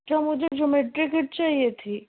کیوں مجھے geometry kit چاہیے تھی